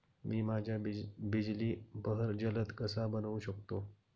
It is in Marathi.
मी माझ्या बिजली बहर जलद कसा बनवू शकतो?